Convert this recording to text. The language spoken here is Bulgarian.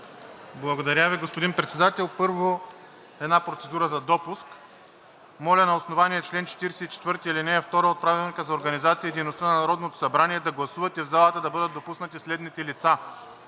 Благодаря Ви, господин Председател. Първо, една процедура за допуск. Моля на основание чл. 44, ал. 2 от Правилника за организацията и дейността на Народното събрание да гласувате в залата да бъдат допуснати следните лица: